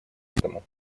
этому